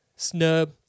Snub